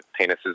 penises